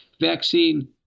vaccine